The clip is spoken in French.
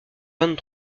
vingt